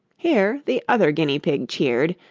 here the other guinea-pig cheered,